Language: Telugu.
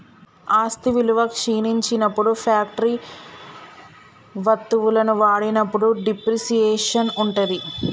ఆస్తి విలువ క్షీణించినప్పుడు ఫ్యాక్టరీ వత్తువులను వాడినప్పుడు డిప్రిసియేషన్ ఉంటది